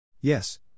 Yes